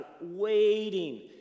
waiting